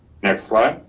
next slide.